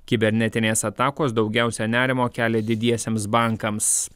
kibernetinės atakos daugiausia nerimo kelia didiesiems bankams